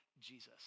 Jesus